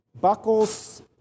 Buckles